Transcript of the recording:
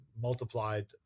multiplied